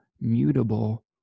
mutable